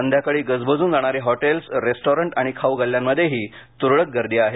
संध्याकाळी गजबजून जाणारी हॉटेल्स रेस्टॉरंट आणि खाऊ गल्ल्यांमध्येही तुरळक गर्दी आहे